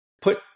put